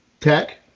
Tech